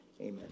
Amen